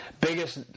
Biggest